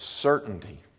certainty